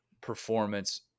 performance